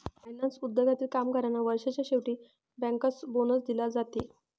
finance उद्योगातील कामगारांना वर्षाच्या शेवटी बँकर्स बोनस दिला जाते